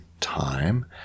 time